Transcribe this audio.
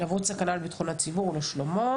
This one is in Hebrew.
להוות סכנה לביטחון הציבור ולשלומו,